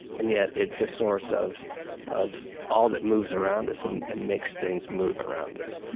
and yet it's a source of of all that moves around us and and makes things move around us.